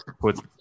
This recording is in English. put